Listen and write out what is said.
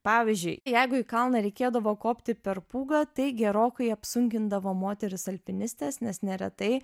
pavyzdžiui jeigu į kalną reikėdavo kopti per pūgą tai gerokai apsunkindavo moteris alpinistes nes neretai